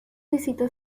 visitan